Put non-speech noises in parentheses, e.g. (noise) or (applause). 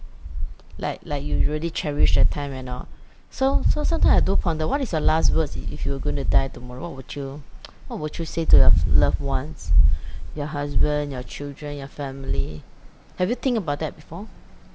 like like you really cherish that time and all so so sometimes I do ponder what is your last words if if you were going to die tomorrow what would you (noise) what would you say to your loved ones your husband your children your family have you think about that before